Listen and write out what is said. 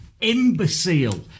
imbecile